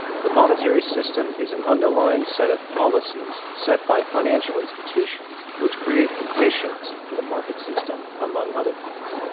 the monetary system is an underlying set of policies set by financial institutions which create conditions for the market system, among other things.